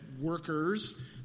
workers